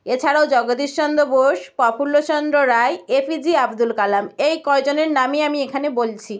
এছাড়াও জগদীশ চন্দ্র বোস প্রফুল্ল চন্দ্র রায় এপিজে আব্দুল কালাম এই কয়জনের নামই আমি এখানে বলছি